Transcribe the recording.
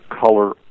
color